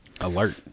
alert